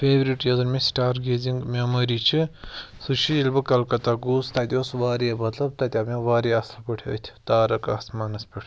favourite یۄس زَن مےٚ سٹار گیزِنٛگ میٚموری چھِ سُہ چھِ ییٚلہِ بہٕ کلکَتہ گوٗس تَتہِ اوٗس واریاہ مطلب تَتہِ آو مےٚ واریاہ اصٕل پٲٹھۍ أتھۍ تارَک آسمانَس پٮ۪ٹھ